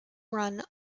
run